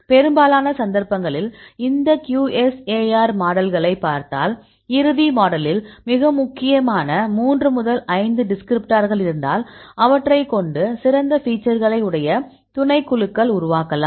பெரும்பாலான சந்தர்ப்பங்களில் இந்த QSAR மாடல்களைப் பார்த்தால் இறுதி மாடலில் மிக முக்கியமான 3 முதல் 5 டிஸ்கிரிப்டர்கள் இருந்தால் அவற்றைக் கொண்டு சிறந்த ஃபீச்சர்களை உடைய துணைக்குழுக்கள் உருவாக்கலாம்